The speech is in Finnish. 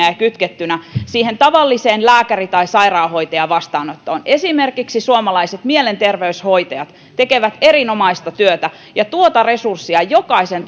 ja ja kytkettynä siihen tavalliseen lääkäri tai sairaanhoitajavastaanottoon esimerkiksi suomalaiset mielenterveyshoitajat tekevät erinomaista työtä ja tuota resurssia jokaisen